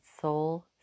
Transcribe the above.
soul